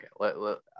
okay